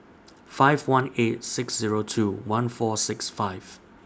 five one eight six Zero two one four six five